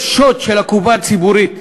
יש שוד של הקופה הציבורית,